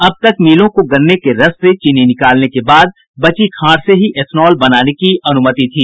अब तक मिलों को गन्ने के रस से चीनी निकालने के बाद बची खांड से ही एथॅनाल बनाने की अनुमति थी